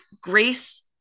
grace